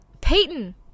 Peyton